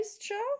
show